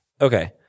Okay